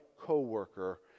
co-worker